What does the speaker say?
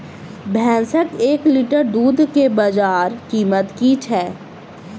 भैंसक एक लीटर दुध केँ बजार कीमत की छै?